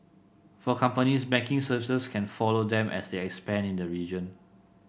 for companies banking services can follow them as they expand in the region